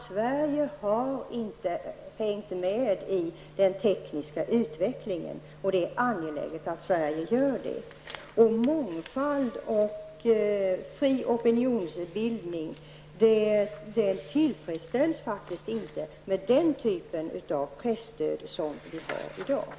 Sverige har inte hängt med i den tekniska utvecklingen, och det är angeläget att Sverige gör det. Mångfald och fri opinionsbildning tillfredsställs faktiskt inte med den typ av presstöd som vi har i dag.